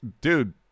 dude